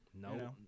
No